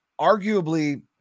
arguably